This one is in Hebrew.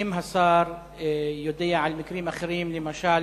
האם השר יודע על מקרים אחרים, למשל,